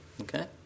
Okay